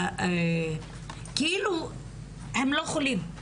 כאילו הם לא חולים.